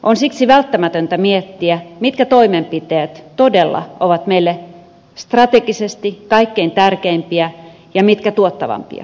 on siksi välttämätöntä miettiä mitkä toimenpiteet todella ovat meille strategisesti kaikkein tärkeimpiä ja mitkä tuottavimpia